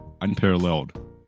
unparalleled